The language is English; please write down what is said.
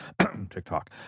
TikTok